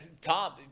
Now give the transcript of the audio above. Tom